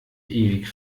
ewig